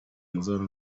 muzabona